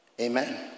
amen